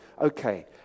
okay